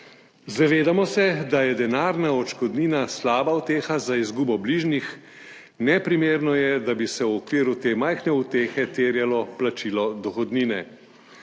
Zavedamo se, da je denarna odškodnina slaba uteha za izgubo bližnjih, neprimerno je, da bi se v okviru te majhne utehe terjalo plačilo dohodnine,